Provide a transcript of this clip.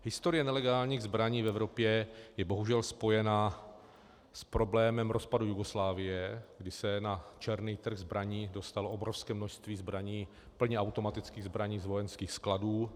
Historie nelegálních zbraní v Evropě je bohužel spojena s problémem rozpadu Jugoslávie, kdy se na černý trh zbraní dostalo obrovské množství plně automatických zbraní z vojenských skladů.